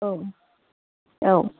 औ औ